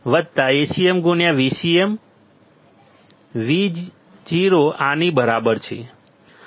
AdVd AcmVcm Vo આની બરાબર છે